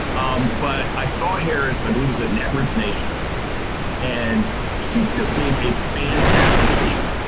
um but i saw harris, i believe, was at netroots nation and she just gave a fantastic speech